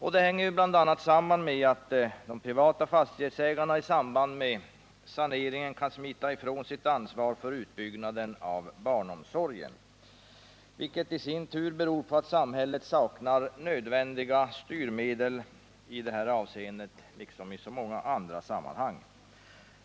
Detta sammanhänger bl.a. med att de privata fastighetsägarna i samband med sanering kan smita ifrån sitt ansvar för utbyggnaden av barnomsorgen, vilket i sin tur beror på att samhället saknar nödvändiga styrmedel i det här avseendet liksom i så många andra sammanhang.